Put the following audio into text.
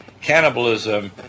cannibalism